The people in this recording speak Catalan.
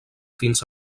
fins